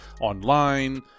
online